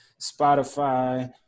Spotify